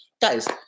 Guys